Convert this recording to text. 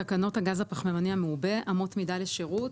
"תקנות הגז הפחמימני המעובה (אמות מידה לשירות),